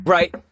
Right